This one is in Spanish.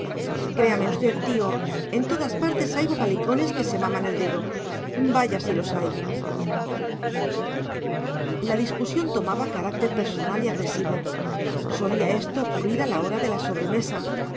créame usted tío en todas partes hay bobalicones que se maman el dedo vaya si los hay la discusión tomaba carácter personal y agresivo solía esto ocurrir a la hora de la sobremesa